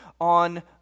on